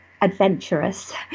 adventurous